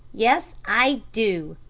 yes, i do.